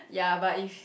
ya but if